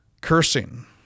Cursing